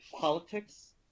Politics